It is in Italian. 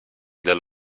del